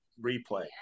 replay